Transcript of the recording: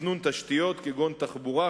תכנון תשתיות כגון תחבורה,